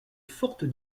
forte